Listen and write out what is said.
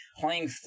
Playing